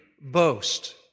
boast